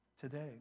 today